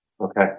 okay